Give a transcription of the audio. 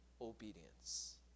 obedience